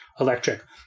electric